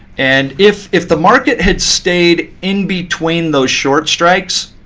and if if the market had stayed in-between those short strikes,